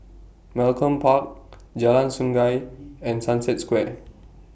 Malcolm Park Jalan Sungei and Sunset Square